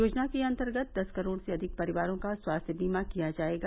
योजना के अंतर्गत दस करोड़ से अधिक परिवारों का स्वास्थ्य बीमा किया जाएगा